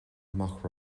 amach